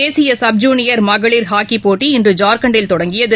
தேசியசப் junior மகளிர் ஹாக்கிப்போட்டி இன்று ஜார்கண்டில் தொடங்கியது